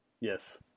Yes